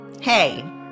Hey